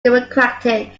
democratic